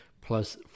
plus